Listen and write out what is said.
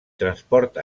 transport